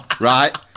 right